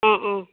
অ অ